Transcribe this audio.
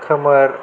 खोमोर